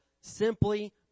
simply